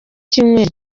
cyumweru